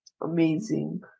amazing